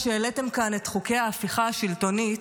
כשהעליתם כאן את חוקי ההפיכה השלטונית,